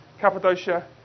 Cappadocia